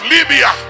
Libya